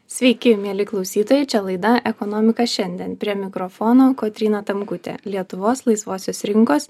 sveiki mieli klausytojai čia laida ekonomika šiandien prie mikrofono kotryna tamkutė lietuvos laisvosios rinkos